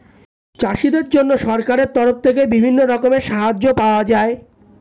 চাষীদের জন্য সরকারের তরফ থেকে বিভিন্ন রকমের সাহায্য পাওয়া যায়